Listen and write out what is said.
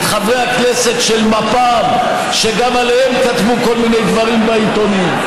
את חברי הכנסת של מפ"ם שגם עליהם כתבו כל מיני דברים בעיתונים,